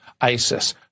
ISIS